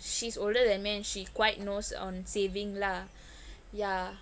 she's older than me she quite knows on saving lah ya